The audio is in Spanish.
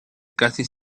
casi